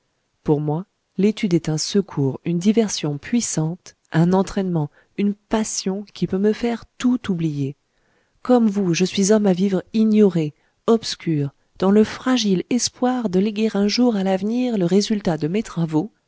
pour moi l'étude est un secours une diversion puissante un entraînement une passion qui peut me faire tout oublier comme vous je suis homme à vivre ignoré obscur dans le fragile espoir de léguer un jour à l'avenir le résultat de mes travaux